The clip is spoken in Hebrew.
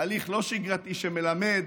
הליך לא שגרתי שמלמד